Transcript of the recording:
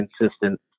consistent